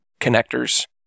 connectors